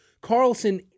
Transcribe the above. Carlson